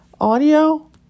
audio